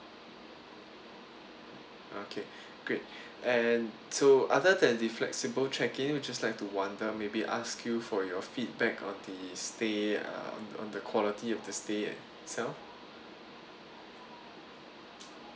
okay great and so other than the flexible check in we just like to wonder maybe ask you for your feedback on the stay uh on the quality of the stay itself